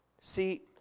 see